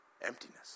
emptiness